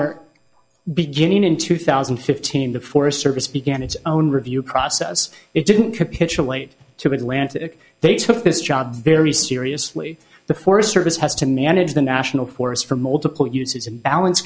are beginning in two thousand and fifteen the forest service began its own review process it didn't capitulate to atlantic they took this job very seriously the forest service has to manage the national forests for multiple uses and balance